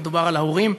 מדובר על ההורים,